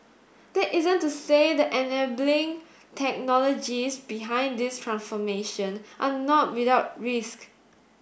that isn't to say the enabling technologies behind this transformation are not without risk